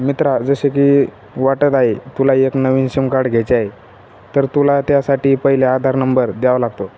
मित्रा जसे की वाटत आहे तुला एक नवीन सिमकार्ड घ्यायचेय तर तुला त्यासाठी पहिले आधार नंबर द्यावं लागतो